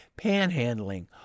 panhandling